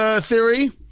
theory